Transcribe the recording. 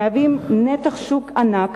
המהווים נתח שוק ענק,